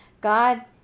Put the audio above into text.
God